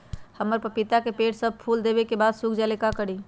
हमरा पतिता के पेड़ सब फुल देबे के बाद सुख जाले का करी?